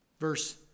Verse